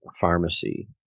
pharmacy